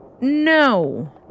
No